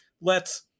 lets